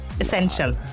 essential